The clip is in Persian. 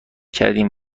کردیم